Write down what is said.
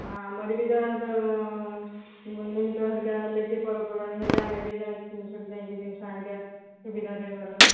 ହଁ ଆମର ବି ଯାହା ନିମିତ ହେରିକା ହେଲେ କି ପର୍ବପର୍ବାଣି ହେଲେ ଆମେ ବି ସେଠୁ ଯାଇକି ଜିନିଷ ଆଣିବା ସୁବିଧାରେ ଭଲ